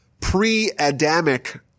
pre-Adamic